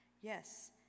Yes